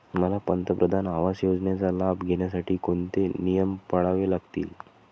मला पंतप्रधान आवास योजनेचा लाभ घेण्यासाठी कोणते नियम पाळावे लागतील?